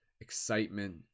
excitement